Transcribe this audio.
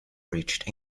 reached